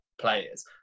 players